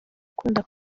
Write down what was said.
ukunda